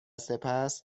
سپس